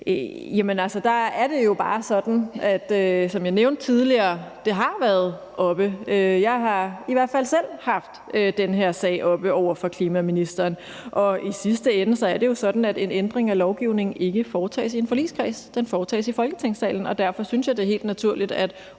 jeg nævnte tidligere, har været oppe. Jeg har i hvert fald selv haft den her sag oppe over for klimaministeren, og i sidste ende er det jo sådan, at en ændring af lovgivningen ikke foretages i en forligskreds, men foretages i Folketingssalen, og derfor synes jeg, det er helt naturligt,